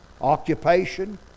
occupation